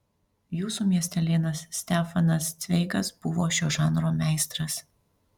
jūsų miestelėnas stefanas cveigas buvo šio žanro meistras